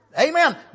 Amen